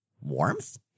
Warmth